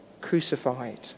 crucified